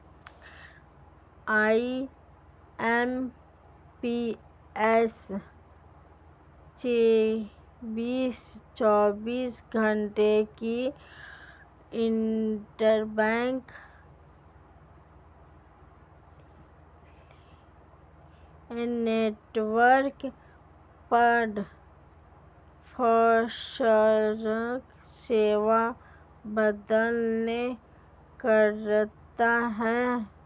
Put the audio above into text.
IMPS चौबीस घंटे की इंटरबैंक इलेक्ट्रॉनिक फंड ट्रांसफर सेवा प्रदान करता है